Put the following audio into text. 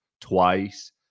Twice